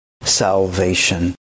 salvation